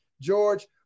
George